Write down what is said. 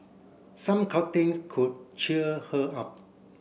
some could cheer her up